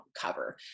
cover